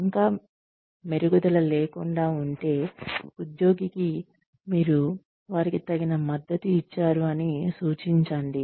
ఇంకా మెరుగుదల లేకుండా ఉంటే ఉద్యోగికి మీరు వారికి తగిన మద్దతు ఇచ్చారు అని సూచించండి